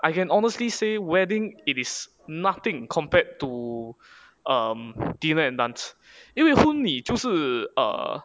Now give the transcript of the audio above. I can honestly say wedding it is nothing compared to dinner and dance 因为婚礼就是 err